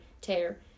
tear